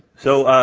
so, ah,